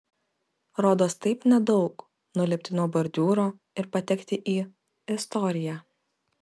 rodos taip nedaug nulipti nuo bordiūro ir patekti į istoriją